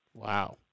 Wow